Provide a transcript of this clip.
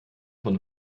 von